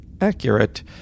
accurate